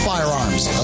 Firearms